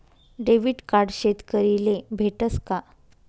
Debit card शेतकरीले भेटस का?